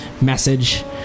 message